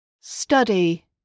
study